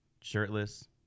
shirtless